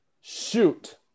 shoot